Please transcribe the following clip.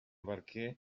barquer